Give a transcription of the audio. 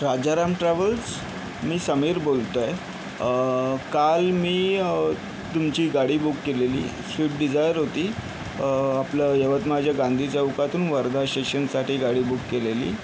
Rajaram travels मी समीर बोलतो आहे काल मी तुमची गाडी बुक केलेली स्विफ्ट डिजायर होती आपलं यवतमाळच्या गांधी चौकातून वर्धा स्टेशनसाठी गाडी बुक केलेली